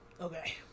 Okay